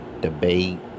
debate